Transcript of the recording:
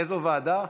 איזו ועדה?